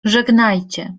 żegnajcie